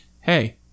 hey